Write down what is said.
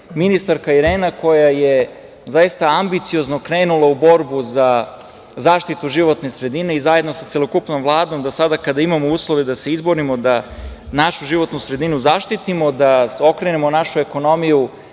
ministarka Irena koja je zaista ambiciozno krenula u borbu za zaštitu životne sredine i zajedno sa celokupnom Vladom, sada kada imamo uslove da se izborimo da našu životnu sredinu zaštitimo, da okrenemo našu ekonomiju